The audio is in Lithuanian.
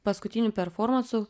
paskutinių performansų